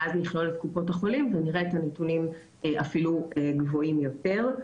ואז לכלול את קופות החולים ונראה את הנתונים אפילו גבוהים יותר.